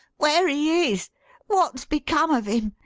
where he is wot's become of him?